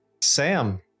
Sam